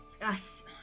Yes